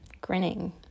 grinning